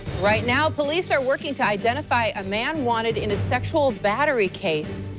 right now police are working to identify a man wanted in a sexual battery case.